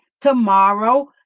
tomorrow